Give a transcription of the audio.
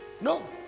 No